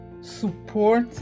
support